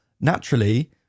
naturally